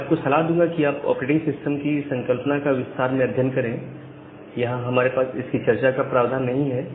मैं आपको यह सलाह दूंगा कि आप ऑपरेटिंग सिस्टम की संकल्पना का विस्तार में अध्ययन करें यहां हमारे पास इसकी चर्चा का प्रावधान नहीं है